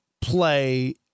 play